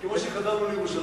כמו שחזרנו לירושלים.